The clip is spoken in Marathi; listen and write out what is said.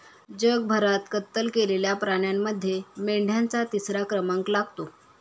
जगभरात कत्तल केलेल्या प्राण्यांमध्ये मेंढ्यांचा तिसरा क्रमांक लागतो